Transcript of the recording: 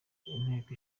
inteko